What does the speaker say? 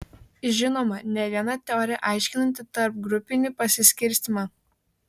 žinoma ne viena teorija aiškinanti tarpgrupinį pasiskirstymą